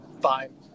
fine